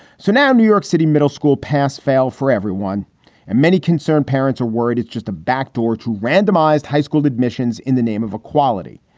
so now new york city middle school pass fail for everyone and many concerned parents are worried it's just a backdoor to randomized high school admissions in the name of equality.